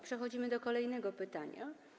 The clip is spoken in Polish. Przechodzimy do kolejnego pytania.